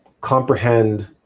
comprehend